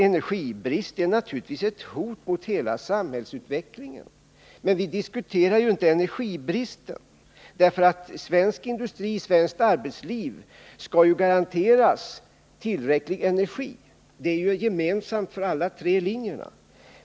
Energibrist är naturligtvis ett hot mot hela samhällsutvecklingen, men vi diskuterar inte energibrist därför att svenskt arbetsliv skall garanteras tillräckligt med energi — det är ju gemensamt för alla tre linjerna.